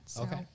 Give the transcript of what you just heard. okay